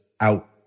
out